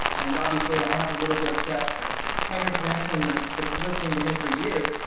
and obviously i have a little bit tighter connection. i've been listening to him for years,